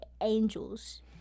angels